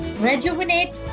rejuvenate